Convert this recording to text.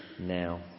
now